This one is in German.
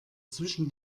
zwischen